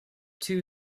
two